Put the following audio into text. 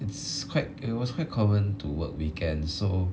it's quite it was quite common to work weekends so